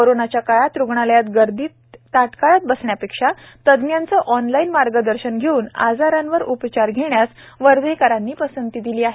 कोरोनाच्या काळात रुग्णालयात गर्दीत ताटकळत बसण्यापेक्षा तज्ज्ञांचे ऑनलाईन मार्गदर्शन घेऊन आजारांवर उपचार घेण्यास वर्धकरांनी पसंती दिली आहे